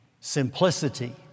simplicity